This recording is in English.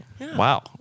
Wow